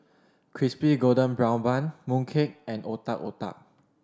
Crispy Golden Brown Bun mooncake and Otak Otak